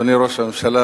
אדוני ראש הממשלה,